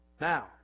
Now